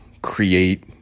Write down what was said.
Create